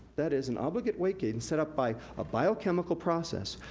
that is an obligate weight gain set up by a biochemical process,